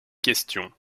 questions